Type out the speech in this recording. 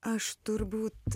aš turbūt